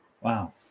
Wow